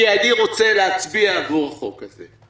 כי אני רוצה להצביע עבור החוק הזה.